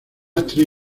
actriz